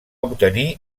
obtenir